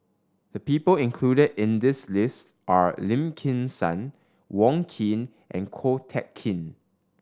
the people included in this list are Lim Kim San Wong Keen and Ko Teck Kin